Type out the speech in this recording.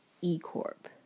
E-Corp